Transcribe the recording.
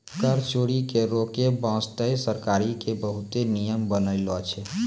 कर चोरी के रोके बासते सरकार ने बहुते नियम बनालो छै